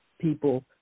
people